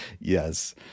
yes